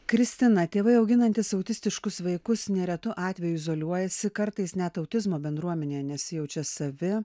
kristina tėvai auginantys autistiškus vaikus neretu atveju izoliuojasi kartais net autizmo bendruomenėje nesijaučia savi